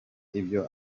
ibyo